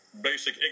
Basic